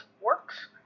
works